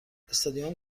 استادیوم